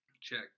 Check